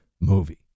movie